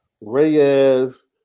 Reyes